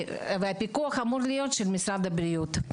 והפיקוח אמור להיות של משרד הבריאות.